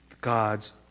God's